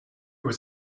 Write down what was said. was